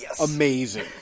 amazing